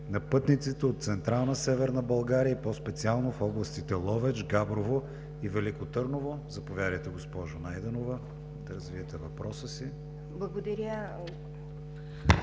на пътниците от Централна Северна България и по-специално в областите Ловеч, Габрово и Велико Търново. Заповядайте, госпожо Найденова, да развиете въпроса си. ВАЛЕНТИНА